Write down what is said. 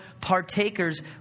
partakers